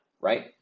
right